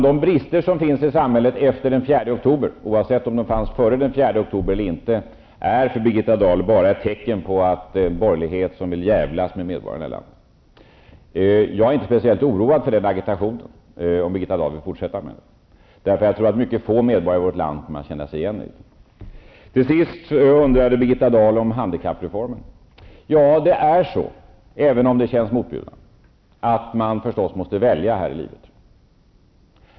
De brister som finns i samhället efter den 4 oktober, oavsett om de fanns där före den 4 oktober eller inte, är för Birgitta Dahl bara ett tecken på en borgerlighet som vill djävlas med medborgarna i det här landet. Jag är inte speciellt oroad över den agitationen, om Birgitta Dahl vill fortsätta med den. Jag tror att mycket få medborgare i vårt land kommer att känna igen sig i den. Till sist undrade Birgitta Dahl om handikappreformen. Även om det känns motbjudande är det så att man måste välja här i livet.